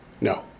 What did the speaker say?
No